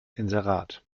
inserat